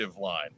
line